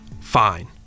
Fine